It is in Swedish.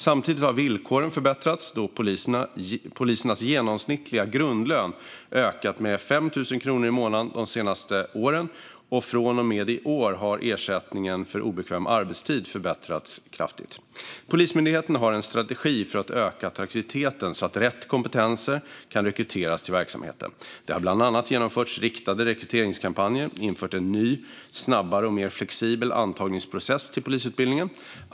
Samtidigt har villkoren förbättrats då polisernas genomsnittliga grundlön ökat med 5 000 kronor i månaden de senaste åren, och från och med i år har ersättningen för obekväm arbetstid förbättrats kraftigt. Polismyndigheten har en strategi för att öka attraktiviteten så att rätt kompetenser kan rekryteras till verksamheten. Det har bland annat genomförts riktade rekryteringskampanjer och införts en ny snabbare och mer flexibel antagningsprocess när det gäller polisutbildningen.